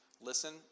listen